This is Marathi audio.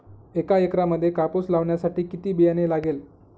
एका एकरामध्ये कापूस लावण्यासाठी किती बियाणे लागेल?